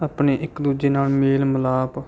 ਆਪਣੇ ਇੱਕ ਦੂਜੇ ਨਾਲ ਮੇਲ ਮਿਲਾਪ